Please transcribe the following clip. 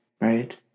right